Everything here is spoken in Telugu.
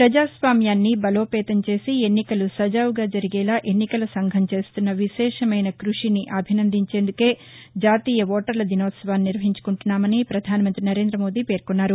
ప్రపజాస్వామ్యాన్ని బలో పేతం చేసి ఎన్నికలు సజావుగా జరిగేలా ఎన్నికల సంఘం చేస్తున్న విశేషమైన క్బషిని అభిసందించేందుకే జాతీయ ఓటర్ల దినోత్సవాన్ని నిర్వహించుకుంటున్నామని ప్రధానమంతి నరేంద్రమోదీ పేర్కొన్నారు